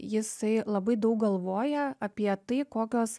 jisai labai daug galvoja apie tai kokios